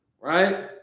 right